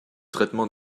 traitement